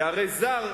כי הרי זר,